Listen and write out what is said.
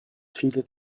viele